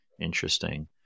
Interesting